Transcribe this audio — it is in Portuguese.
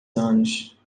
anos